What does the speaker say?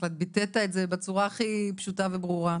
בהחלט ביטאת את זה בצורה הכי פשוטה וברורה.